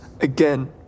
again